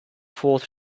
fourth